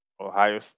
Ohio